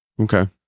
Okay